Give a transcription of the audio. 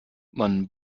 man